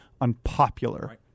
unpopular